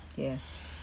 Yes